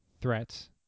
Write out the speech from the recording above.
threats